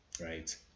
right